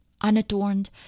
Unadorned